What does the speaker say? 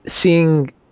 seeing